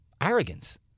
arrogance